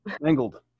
mangled